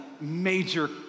major